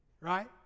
right